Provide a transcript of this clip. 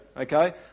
okay